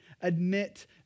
Admit